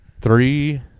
Three